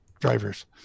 drivers